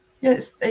yes